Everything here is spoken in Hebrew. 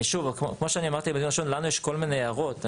כמו שאמרתי בדיון הראשון, לנו יש כל מיני הערות.